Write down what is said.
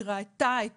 היא ראתה את